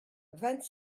vingt